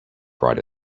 write